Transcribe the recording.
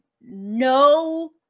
no